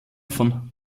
von